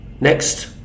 Next